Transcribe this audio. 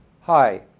Hi